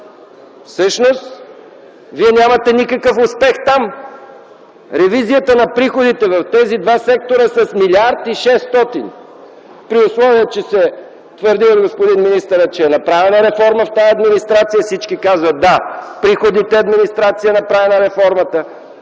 Всъщност вие нямате никакъв успех там. Ревизията на приходите в тези два сектора с 1 млрд. 600 при условие че се твърди от господин министъра, че е направена реформа в тази администрация. Всички казват – да, в приходните администрации е направена реформата,